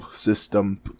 system